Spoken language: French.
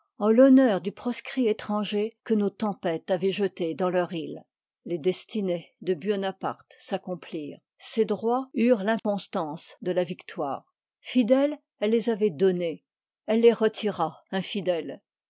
en l'honneur du proscrit étranger que nos tempêtes avoient jeté dans leur île les destinées de buonaparte s'accompliirçnt se drpts eujent l'inconstance de la victoire fidèle elle les avoit donnés elle liv i les retira infidèle